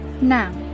Now